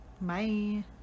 Bye